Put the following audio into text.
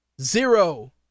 Zero